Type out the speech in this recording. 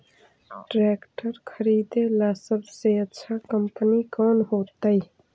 Tractor खरीदेला सबसे अच्छा कंपनी कौन होतई?